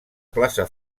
plaça